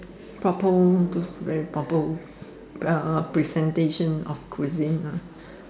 proper those very proper uh presentation of cuisine lah